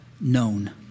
known